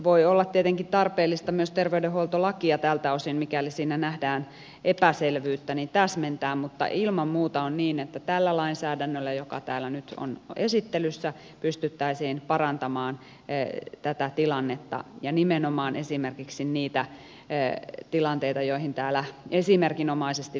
voi olla tietenkin tarpeellista myös terveydenhuoltolakia tältä osin mikäli siinä nähdään epäselvyyttä täsmentää mutta ilman muuta on niin että tällä lainsäädännöllä joka täällä nyt on esittelyssä pystyttäisiin parantamaan tätä tilannetta ja nimenomaan esimerkiksi niitä tilanteita joihin täällä esimerkinomaisesti viitattiin